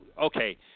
Okay